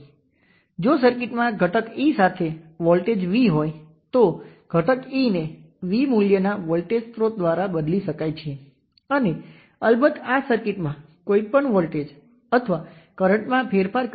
તેથી સૌ પ્રથમ અહીં આપણી પાસે કરંટ V ટેસ્ટ છે જે 1 કિલો Ω થી ડિવાઇડ છે અને આ દિશામાં આપણી પાસે કરંટ માઇનસ 0